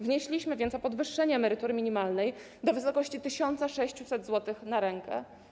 Wnieśliśmy więc o podwyższenie emerytury minimalnej do wysokości 1600 zł na rękę.